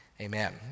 amen